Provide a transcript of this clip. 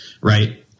right